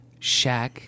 Shaq